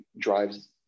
drives